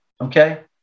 Okay